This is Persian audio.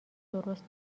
درست